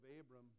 Abram